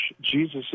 Jesus